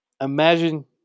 imagine